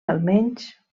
almenys